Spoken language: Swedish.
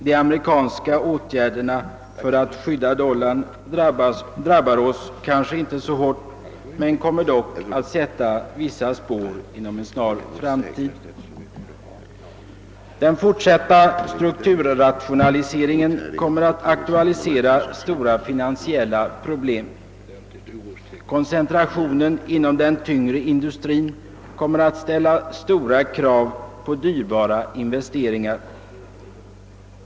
De amerikanska åtgärderna för att skydda dollarn drabbar oss kanske inte så hårt men kommer dock att sätta vissa spår inom en snar framtid. Den = fortsatta strukturrationaliseringen kommer att aktualisera stora finansiella problem. Koncentrationen inom den tyngre industrin kommer att ställa stora krav på dyrbara investeringar.